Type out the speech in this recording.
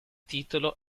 titolo